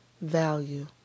value